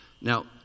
Now